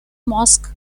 mosque